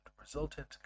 resultant